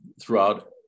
throughout